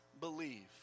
believe